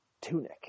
tunic